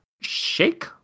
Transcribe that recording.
shake